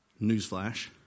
newsflash